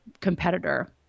competitor